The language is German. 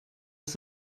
ist